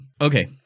Okay